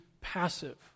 passive